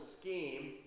scheme